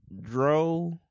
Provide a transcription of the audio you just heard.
Dro